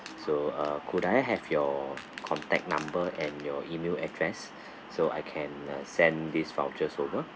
so uh could I have your contact number and your email address so I can uh send these vouchers over